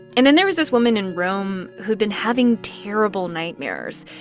and then there was this woman in rome who'd been having terrible nightmares.